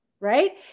Right